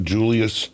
Julius